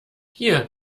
hier